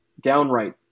downright